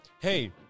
hey